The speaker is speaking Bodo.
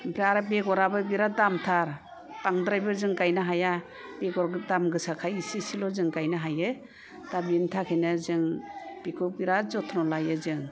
ओमफ्राय आर बेगराबो बिराद दामथार बांद्रायबो जों गायनो हाया बेगर दामगोसाखाय जों एसे एसेल' गायनो हायो दा बिनि थाखायनो जों बेखौ बिराद जोथोन लायो जों